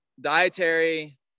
dietary